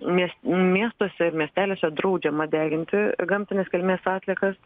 mies miestuose ir miesteliuose draudžiama deginti gamtinės kilmės atliekas